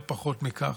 לא פחות מכך.